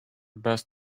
best